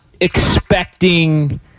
expecting